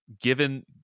Given